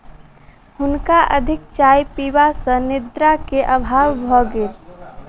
हुनका अधिक चाय पीबा सॅ निद्रा के अभाव भ गेल